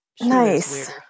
Nice